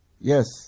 Yes